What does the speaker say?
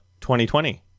2020